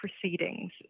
proceedings